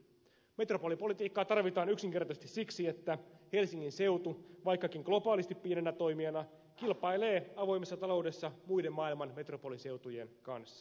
metropolipolitiikkaa tarvitaan yksinkertaisesti siksi että helsingin seutu vaikkakin globaalisti pienenä toimijana kilpailee avoimessa taloudessa muiden maailman metropoliseutujen kanssa